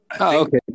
Okay